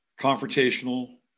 Confrontational